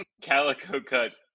calico-cut